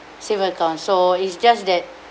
savings account so is just that